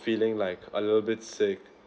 feeling like a little bit sick